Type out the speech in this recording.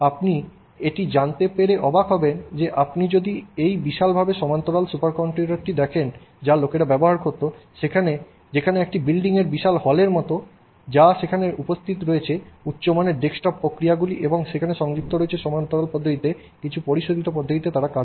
আপনি এটি জানতে পেরে অবাক হবেন যে আপনি যদি এই বিশালভাবে সমান্তরাল সুপারকম্পিউটারগুলি দেখেন যা লোকেরা ব্যবহার করতো যেখানে একটি বিল্ডিংয়ের বিশাল হলের মতো যা সেখানে উপস্থিত রয়েছে উচ্চমানের ডেস্কটপ প্রক্রিয়াগুলি এবং সেখানে তারা সংযুক্ত রয়েছে সমান্তরাল পদ্ধতিতে কিছু পরিশীলিত পদ্ধতিতে তারা কাজ করে